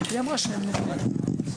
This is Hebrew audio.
הישיבה ננעלה בשעה 13:00.